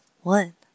one